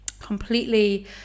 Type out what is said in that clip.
completely